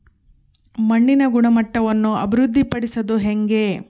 ಮಣ್ಣಿನ ಗುಣಮಟ್ಟವನ್ನು ಅಭಿವೃದ್ಧಿ ಪಡಿಸದು ಹೆಂಗೆ?